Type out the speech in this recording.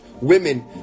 women